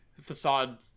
facade